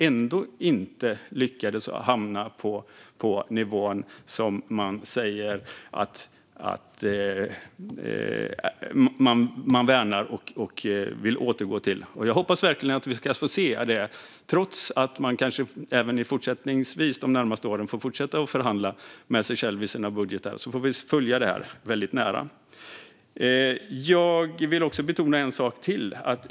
Ändå lyckades man inte hamna på den nivå som man säger att man värnar och vill återgå till. Jag hoppas verkligen att vi ska få se det, trots att Socialdemokraterna under de närmaste åren kanske får fortsätta att förhandla med sig själva i sina budgetar. Vi får följa detta väldigt noga. Jag vill också betona en annan sak.